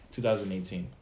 2018